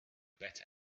better